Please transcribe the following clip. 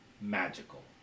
magical